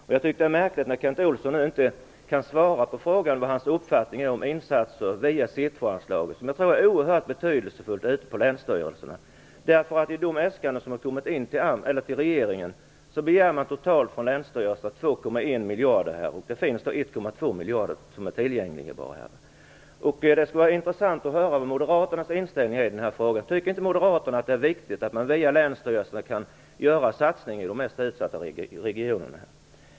Jag tycker att det är märkligt att Kent Olsson inte kan svara på frågan vad han har för uppfattning om insatser via C 2-anslaget, som jag tror är oerhört betydelsefulla ute på länsstyrelserna. I de äskanden som har kommit in till regeringen begär länsstyrelserna totalt 2,1 miljarder, och det finns bara 1,2 miljarder tillgängliga. Det skulle vara intressant att höra vilken moderaternas inställning är i den här frågan. Tycker inte moderaterna att det är viktigt att man via länsstyrelserna kan göra satsningar i de mest utsatta regionerna?